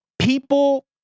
People